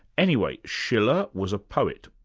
anyway, schiller was a poet.